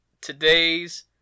today's